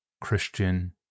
Christian